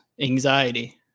anxiety